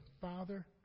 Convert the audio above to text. Father